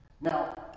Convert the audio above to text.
Now